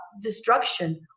destruction